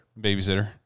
Babysitter